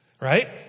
right